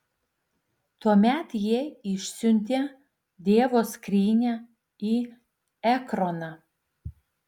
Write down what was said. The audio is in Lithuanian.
tuomet jie išsiuntė dievo skrynią į ekroną